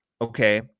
Okay